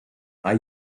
are